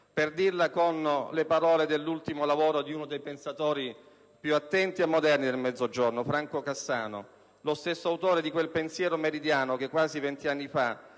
Per dirla con le parole dell'ultimo lavoro di uno dei pensatori più moderni ed attenti del Mezzogiorno, Franco Cassano, l'autore di quel pensiero meridiano che quasi venti anni fa